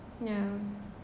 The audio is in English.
yeah